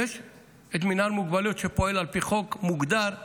ויש את מינהל מוגבלויות שפועל על פי חוק מוגדר.